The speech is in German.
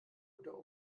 unter